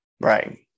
Right